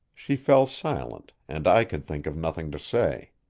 she fell silent, and i could think of nothing to say.